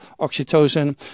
oxytocin